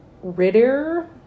Ritter